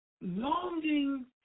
longing